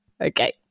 okay